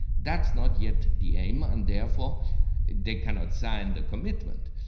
that's not yet the aim, and therefore they cannot sign the commitment.